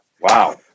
Wow